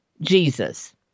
Jesus